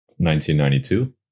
1992